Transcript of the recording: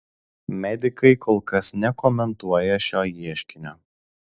medikai kol kas nekomentuoja šio ieškinio